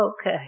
okay